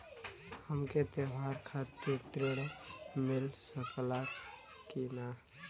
हमके त्योहार खातिर त्रण मिल सकला कि ना?